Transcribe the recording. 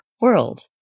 world